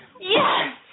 Yes